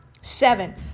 seven